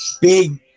big